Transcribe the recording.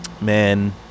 man